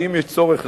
ואם יש צורך,